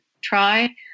try